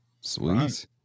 Sweet